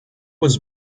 was